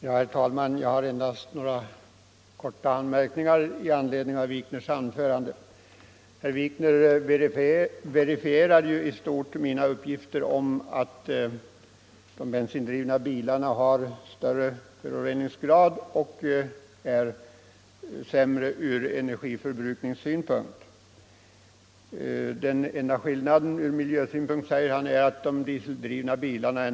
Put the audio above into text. Herr talman! Jag har endast några korta anmärkningar i anledning av herr Wikners anförande. Herr Wikner verifierar i stort mina uppgifter om att de bensindrivna bilarna har större föroreningsgrad och är sämre ur energiförbrukningssynpunkt. Den enda nackdelen ur miljösynpunkt tycks enligt herr Wikner vara att de dieseldrivna bilarna